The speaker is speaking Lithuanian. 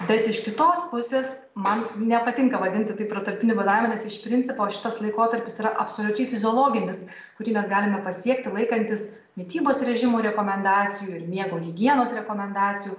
bet iš kitos pusės man nepatinka vadinti tai protarpiniu badavimu nes iš principo šitas laikotarpis yra absoliučiai fiziologinis kurį mes galime pasiekti laikantis mitybos režimo rekomendacijų ir miego higienos rekomendacijų